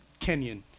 Kenyan